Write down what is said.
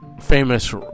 Famous